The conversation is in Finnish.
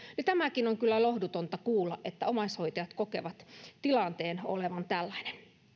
tämäkin on kyllä lohdutonta kuulla että omaishoitajat kokevat tilanteen olevan tällainen